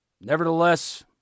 Nevertheless